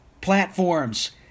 platforms